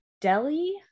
Delhi